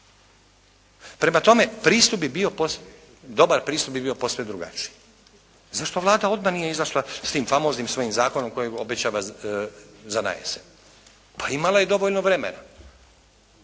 Prema tome, dobar pristup bi bio posve drugačiji. Zašto Vlada odmah nije izašla s tim famoznim svojim zakonom koji obećava za na jesen? Pa imala je dovoljno vremena.